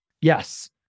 Yes